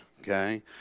okay